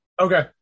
Okay